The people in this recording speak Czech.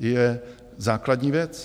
je základní věc.